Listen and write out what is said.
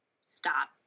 stop